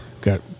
got